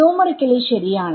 numerically ശരിയാണ്